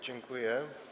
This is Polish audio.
Dziękuję.